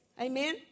Amen